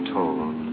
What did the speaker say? told